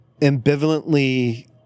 ambivalently